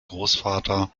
großvater